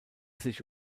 sich